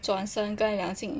转身跟梁静